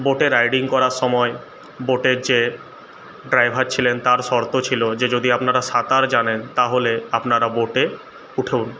বোটে রাইডিং করার সময় বোটের যে ড্রাইভার ছিলেন তার শর্ত ছিল যে যদি আপনারা সাঁতার জানেন তাহলে আপনারা বোটে উঠুন